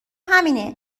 همینه